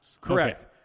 Correct